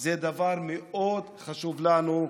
זה דבר מאוד חשוב לנו.